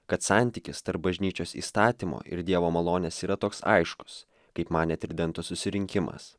kad santykis tarp bažnyčios įstatymo ir dievo malonės yra toks aiškus kaip manė tridento susirinkimas